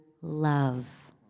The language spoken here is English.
love